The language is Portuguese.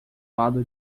lado